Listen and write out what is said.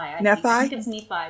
Nephi